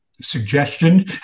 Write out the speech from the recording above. suggestion